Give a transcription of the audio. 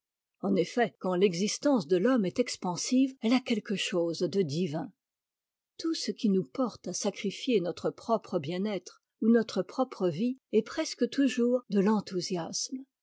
en effet quand l'existence de l'homme est expansive elle a quelque chose de divin tout ce qui nous porte à sacrifier notre propre bien-être ou notre propre vie est presque toujours de l'enthousiasme